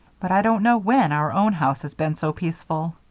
but i don't know when our own house has been so peaceful.